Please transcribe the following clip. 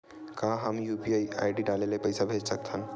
का हम UPI ID ले पईसा भेज सकथन?